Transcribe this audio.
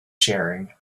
sharing